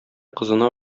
кызына